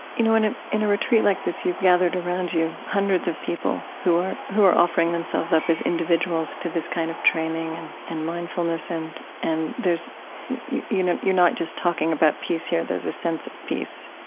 you know in ah in a retreat like this, you've gathered around you hundreds of people who are who are offering themselves up as individuals to this kind of training and and mindfulness. and and you know you're not just talking about peace here, there's a sense of peace.